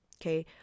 okay